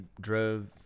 drove